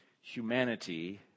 humanity